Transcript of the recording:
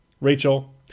Rachel